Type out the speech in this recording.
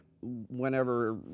whenever